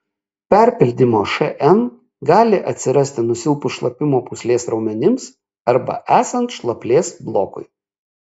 perpildymo šn gali atsirasti nusilpus šlapimo pūslės raumenims arba esant šlaplės blokui